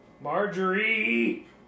Marjorie